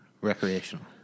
Recreational